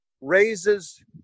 raises